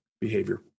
behavior